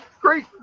great